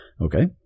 Okay